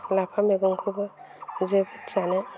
लाफा मैगंखोबो जोबोद जानो